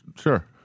Sure